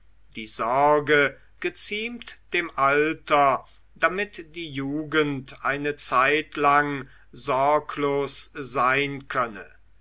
die sorge geziemt dem alter damit die jugend eine zeitlang sorglos sein könne